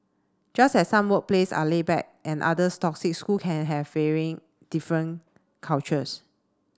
just as some workplace are laid back and others toxic schools can have very different cultures